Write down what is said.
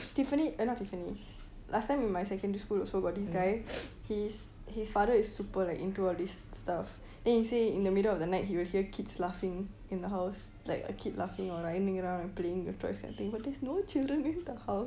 tiffany eh not tiffany last time in my secondary school also got this guy his his father is super into like all these stuff then he say in the middle of the night he will hear kids laughing in the house like a kid laughing or running around and playing with toys and things but there's no children in the house